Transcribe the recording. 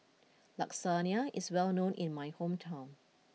Lasagna is well known in my hometown